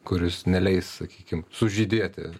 kuris neleis sakykim sužydėti